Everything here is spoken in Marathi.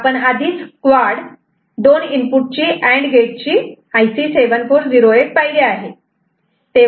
आपण आधीच क्वाड दोन इनपुट चे अँड गेटची IC 7408 पाहिली आहे